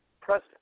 president